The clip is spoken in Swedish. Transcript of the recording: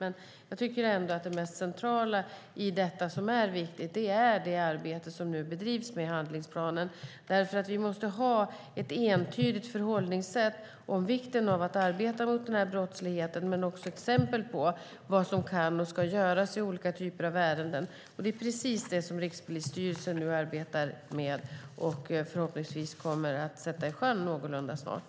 Det mest centrala i detta och det som är viktigt är det arbete som nu bedrivs med handlingsplanen. Vi måste ha ett entydigt förhållningssätt om vikten av att arbeta mot brottsligheten men också exempel på vad som kan och ska göras i olika typer av ärenden. Det är precis det som Rikspolisstyrelsen nu arbetar med och förhoppningsvis kommer att sätta i sjön någorlunda snart.